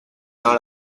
dans